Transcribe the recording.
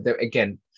again